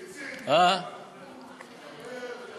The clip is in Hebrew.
איציק, עד שאני מגייס,